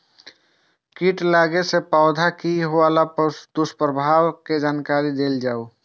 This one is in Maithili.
कीट लगेला से पौधा के होबे वाला दुष्प्रभाव के जानकारी देल जाऊ?